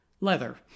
leather